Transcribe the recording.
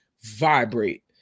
vibrate